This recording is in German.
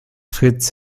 fritz